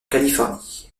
californie